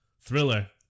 thriller